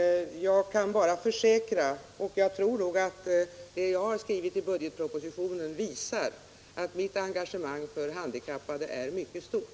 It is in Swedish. Det jag har skrivit i budgetpropositionen torde visa att mitt engagemang för de handikappade är mycket stort.